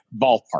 ballpark